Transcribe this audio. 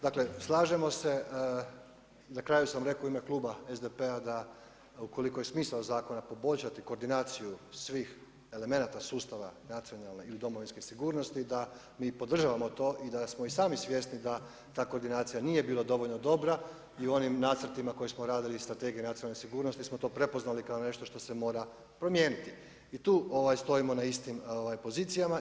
Dakle, slažemo se, na kraju sam rekao u ime kluba SDP-a da ukoliko je smisao zakona poboljšati koordinaciju svih elemenata sustava nacionalne ili Domovinske sigurnosti da mi podržavamo to i da smo i sami svjesni da koordinacija nije bila dovoljno dobra i u onim nacrtima koje smo radili Strategiju nacionalne sigurnosti smo to prepoznali kao nešto što se mora promijeniti i tu stojimo na istim pozicijama.